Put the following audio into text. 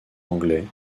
anglais